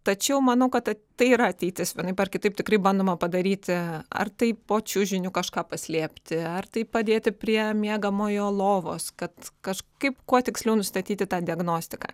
tačiau manau kad a tai yra ateitis vienaip ar kitaip tikrai bandoma padaryti ar tai po čiužiniu kažką paslėpti ar tai padėti prie miegamojo lovos kad kažkaip kuo tiksliau nustatyti tą diagnostiką